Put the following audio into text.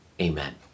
Amen